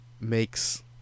makes